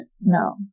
No